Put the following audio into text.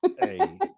Hey